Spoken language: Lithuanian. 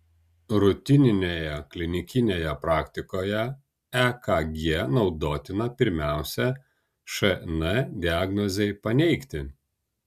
rutininėje klinikinėje praktikoje ekg naudotina pirmiausia šn diagnozei paneigti